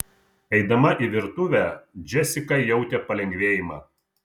eidama į virtuvę džesika jautė palengvėjimą